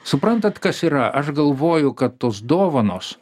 suprantat kas yra aš galvoju kad tos dovanos